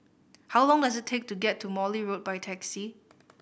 how long does it take to get to Morley Road by taxi